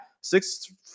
six